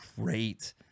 great